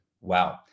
wow